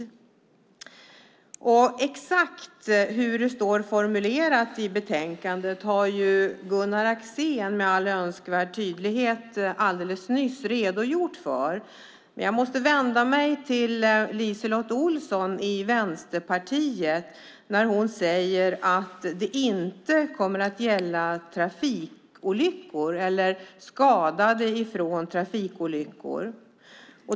Exakt hur det står formulerat i betänkandet har Gunnar Axén med all önskvärd tydlighet alldeles nyss redogjort för. Jag måste vända mig till LiseLotte Olsson i Vänsterpartiet som säger att det inte kommer att gälla skadade i trafikolyckor.